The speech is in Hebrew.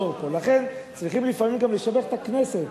לכן, צריכים לפעמים גם לשבח את הכנסת,